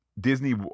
Disney